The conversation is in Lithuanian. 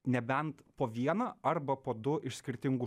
nebent po vieną arba po du iš skirtingų